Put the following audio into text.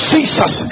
Jesus